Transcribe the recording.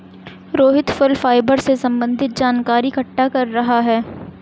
रोहित फल फाइबर से संबन्धित जानकारी इकट्ठा कर रहा है